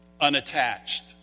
unattached